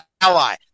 ally